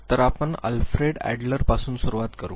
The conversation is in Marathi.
तर आपण अल्फ्रेड एडलर पासुन सुरुवात करु